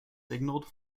signalled